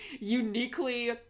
uniquely